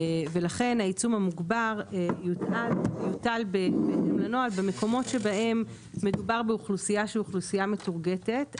ולכן העיצום המוגבר יוטל בנוהל במקומות שבהם מדובר באוכלוסייה מטורגטת.